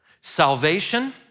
salvation